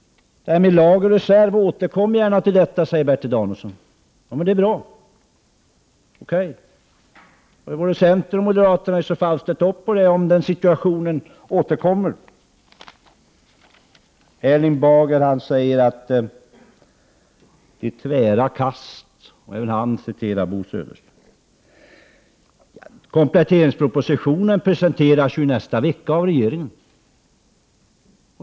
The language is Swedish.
Återkom gärna till det här med lager och reserv, sade Bertil Danielsson. Det är bra. Okej. Då har både centern och moderaterna ställt upp på det, för den händelse att den situationen återkommer. Erling Bager sade att det är tvära kast, och även han citerade Bo Södersten. Kompletteringspropositionen presenteras ju nästa vecka av regeringen.